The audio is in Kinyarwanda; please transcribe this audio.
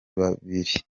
babiri